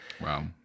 Wow